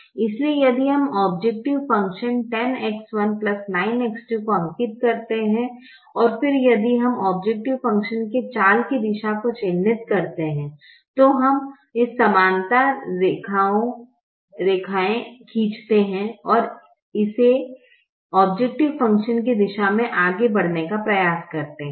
इसलिए यदि हम औब्जैकटिव फ़ंक्शन 10X1 9X2 को अंकित करते हैं और फिर यदि हम औब्जैकटिव फ़ंक्शन के चाल की दिशा को चिह्नित करते हैं तो हम iso समानांतर रेखाएं खींचते हैं और इसे औब्जैकटिव फ़ंक्शन की दिशा में आगे बढ़ने का प्रयास करते हैं